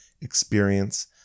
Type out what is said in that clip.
experience